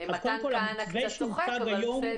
אז קודם